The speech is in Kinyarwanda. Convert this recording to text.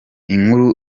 inkuru